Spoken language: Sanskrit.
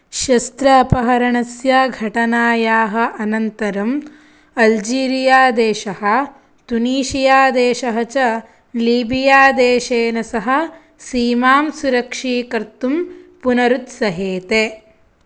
शस्त्र अपहरणस्य घटनायाः अनन्तरं अल्जीरिया देशः तुनीशिया देशः च लीबिया देशेन सह सीमां सुरक्षीकर्तुं पुनरुत्सहेते